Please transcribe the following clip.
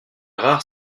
rares